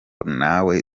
ntawe